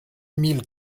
mille